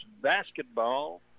basketball